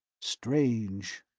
strange,